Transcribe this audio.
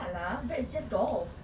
!alah! bratz just dolls